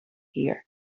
here